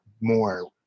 more